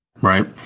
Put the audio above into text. Right